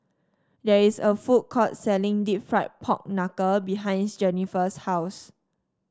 there is a food court selling deep fried Pork Knuckle behind Jennifer's house